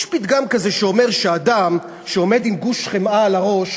יש פתגם כזה שאומר שאדם שיש לו גוש חמאה על הראש,